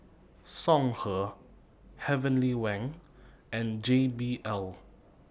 Songhe Heavenly Wang and J B L